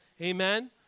Amen